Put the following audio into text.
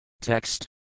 Text